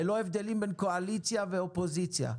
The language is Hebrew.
ללא הבדלים בין קואליציה ואופוזיציה.